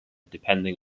depending